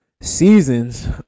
seasons